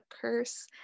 curse